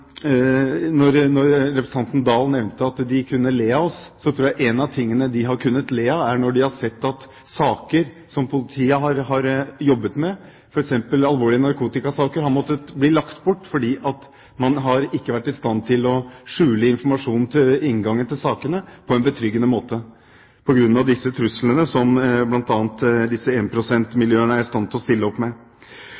når de har sett at saker som politiet har jobbet med, f.eks. alvorlige narkotikasaker, har måttet legges bort fordi man ikke har vært i stand til skjule informasjon til inngangen til sakene på en betryggende måte på grunn av truslene som bl.a. disse